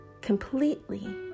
completely